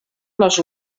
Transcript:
les